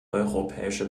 europäische